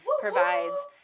provides